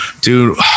Dude